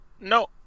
No